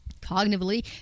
Cognitively